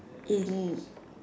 in